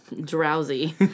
drowsy